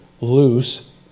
loose